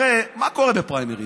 הרי מה קורה בפריימריז?